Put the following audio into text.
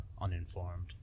uninformed